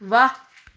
ਵਾਹ